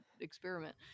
experiment